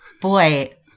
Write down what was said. Boy